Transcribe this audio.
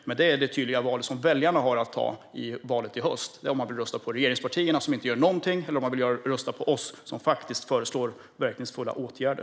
Men det är det tydliga val som väljarna har att göra i höst: om man vill rösta på regeringspartierna, som inte gör någonting, eller på oss, som faktiskt föreslår verkningsfulla åtgärder.